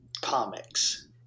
comics